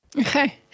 Okay